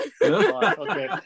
Okay